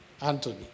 Anthony